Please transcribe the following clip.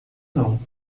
não